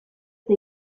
eta